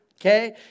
Okay